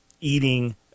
eating